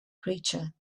creature